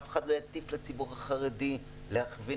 אף אחד לא יטיף לציבור החרדי איך לכוון